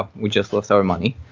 ah we just lost our money.